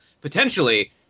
potentially